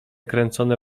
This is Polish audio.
kręcone